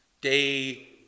Day